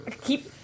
keep